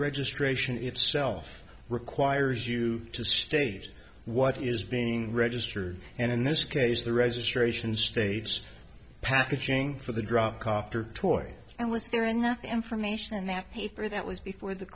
registration itself requires you to state what is being registered and in this case the reservation state's packaging for the dropped off her toy and was there enough information in that paper that was before the